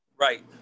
Right